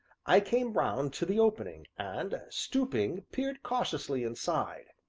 i came round to the opening, and stooping, peered cautiously inside.